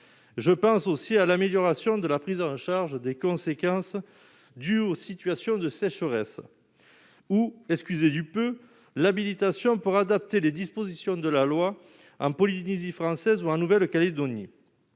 je pense aussi à l'amélioration de la prise en charge des conséquences du aux situations de sécheresse ou excusez du peu, l'habilitation pour adapter les dispositions de la loi, un Polynésie française ou en nouvelle Calédonie